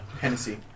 Hennessy